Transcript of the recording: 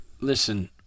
Listen